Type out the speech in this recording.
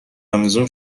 رمضان